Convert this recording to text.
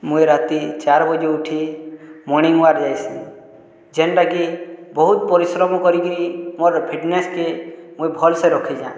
ମୁଇଁ ରାତି ଚାର୍ ବଜେ ଉଠି ମର୍ଣ୍ଣିଙ୍ଗ ୱାର୍କ ଯାଇସି ଯେନ୍ଟା କି ବହୁତ ପରିଶ୍ରମ କରିକିରି ମୋର ଫିଟନେସ୍କେ ମୁଇଁ ଭଲସେ ରଖିଛେଁ